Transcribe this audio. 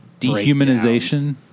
dehumanization